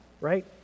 right